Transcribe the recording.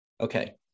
Okay